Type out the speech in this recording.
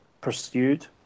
pursued